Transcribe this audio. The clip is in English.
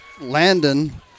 Landon